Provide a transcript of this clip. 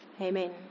Amen